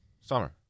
Summer